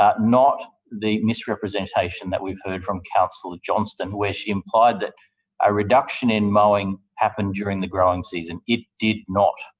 not not the misrepresentation that we've heard from councillor johnston where she implied that a reduction in mowing happened during the growing season. it did not.